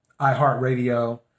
iHeartRadio